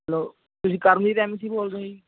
hello ਤੁਸੀਂ Karamjit M C ਬੋਲਦੇ ਹੋ ਜੀ